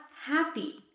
happy